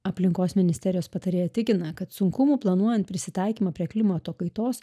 aplinkos ministerijos patarėja tikina kad sunkumų planuojant prisitaikymą prie klimato kaitos